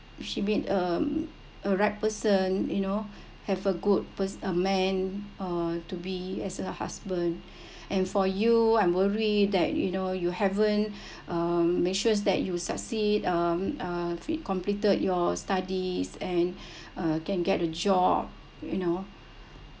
she meet a a right person you know have a good per~ a man or to be as her husband and for you I’m worry that you know you haven't um make sure that you succeed um uh completed your studies and uh can get a job you know